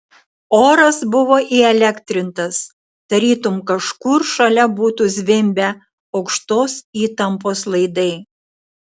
oras buvo įelektrintas tarytum kažkur šalia būtų zvimbę aukštos įtampos laidai